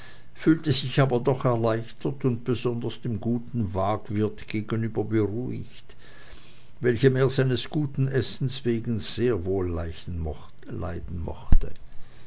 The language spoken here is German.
fühlte sich aber doch erleichtert und besonders dem guten waagwirt gegenüber beruhigt welchen er seines guten essens wegen sehr wohl leiden mochte